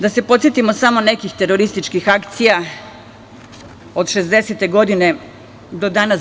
Da se podsetimo samo nekih terorističkih akcija od 1960. godine do danas.